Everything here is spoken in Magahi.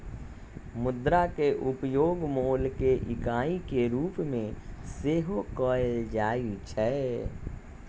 मुद्रा के उपयोग मोल के इकाई के रूप में सेहो कएल जाइ छै